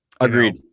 agreed